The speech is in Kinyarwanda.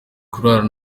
kurarana